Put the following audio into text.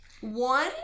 one